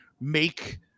make